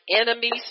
enemies